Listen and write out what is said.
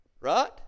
Right